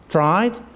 Tried